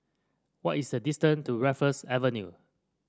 what is the distant to Raffles Avenue